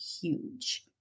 huge